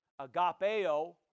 agapeo